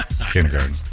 kindergarten